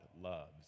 loves